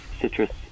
citrus